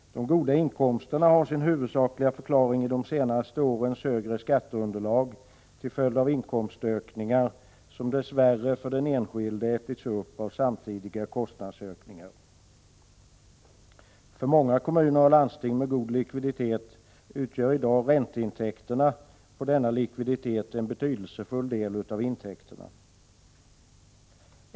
De goda inkomsterna har sin huvudsakliga förklaring i de senaste årens höga skatteunderlag till följd av inkomstökningar som dess värre för enskilda ätits upp av samtidiga kostnadsökningar. För många kommuner och landsting med god likviditet utgör i dag ränteintäkterna för denna likviditet en betydelsefull del av intäkterna.